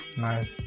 nice